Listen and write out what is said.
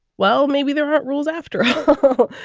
well, maybe the rules after all.